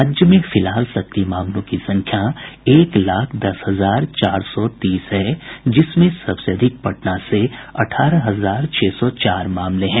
राज्य में फिलहाल सक्रिय मामलों की संख्या एक लाख दस हजार चार सौ तीस है जिसमें सबसे अधिक पटना से अठारह हजार छह सौ चार मामले हैं